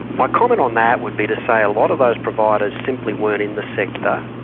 my comment on that would be to say a lot of those providers simply weren't in the sector,